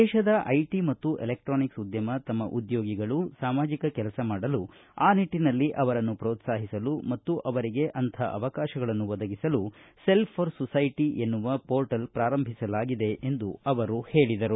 ದೇಶದ I T ಮತ್ತು electronics ಉದ್ಯಮ ತಮ್ಮ ಉದ್ಯೋಗಿಗಳು ಸಾಮಾಜಕ ಕೆಲಸ ಮಾಡಲು ಆ ನಿಟ್ಟನಲ್ಲಿ ಅವರನ್ನು ಪ್ರೋತ್ಸಾಹಿಸಲು ಮತ್ತು ಅವರಿಗೆ ಅಂಥ ಅವಕಾಶಗಳನ್ನು ಒದಗಿಸಲು ಸೆಲ್ವ ಪಾರ್ ಸೊಸೈಟಿ ಎನ್ನುವ ಪೋರ್ಟಲ್ ಪ್ರಾರಂಭಿಸಲಾಗಿದೆ ಎಂದು ಅವರು ಹೇಳಿದರು